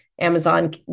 Amazon